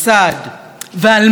על מה?